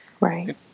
Right